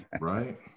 right